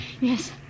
Yes